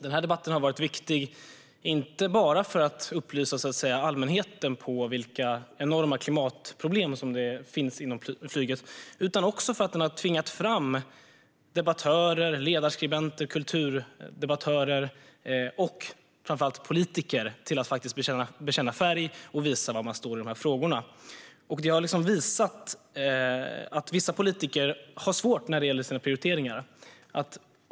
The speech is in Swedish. Den här debatten har varit viktig, inte bara för att upplysa allmänheten om vilka enorma klimatproblem som finns inom flyget, utan också för att den har tvingat debattörer, ledarskribenter, kulturdebattörer och framför allt politiker att bekänna färg och visa var de står i de här frågorna. Det har visat att vissa politiker har svårt när det gäller prioriteringar.